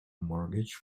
mortgage